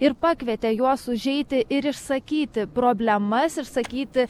ir pakvietė juos užeiti ir išsakyti problemas išsakyti